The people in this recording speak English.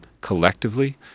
collectively